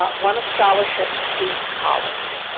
but won a scholarship to college,